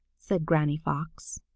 said granny fox.